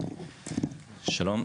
שלום,